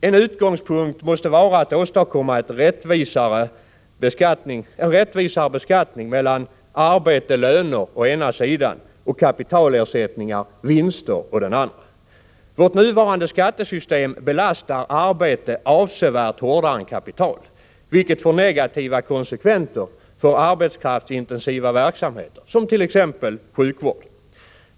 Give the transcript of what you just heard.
En utgångspunkt måste vara att åstadkomma en rättvisare beskattning mellan arbete vinster å den andra. Vårt nuvarande skattesystem belastar arbete avsevärt hårdare än kapital, vilket får negativa konsekvenser för arbetskraftsintensiva verksamheter som sjukvård.